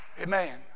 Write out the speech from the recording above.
Amen